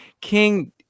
King